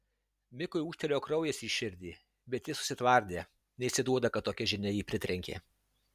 mikui ūžtelėjo kraujas į širdį bet jis susitvardė neišsiduoda kad tokia žinia jį pritrenkė